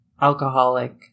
alcoholic